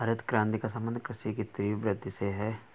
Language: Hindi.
हरित क्रान्ति का सम्बन्ध कृषि की तीव्र वृद्धि से है